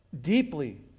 deeply